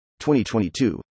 2022